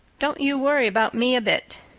don't you worry about me a bit.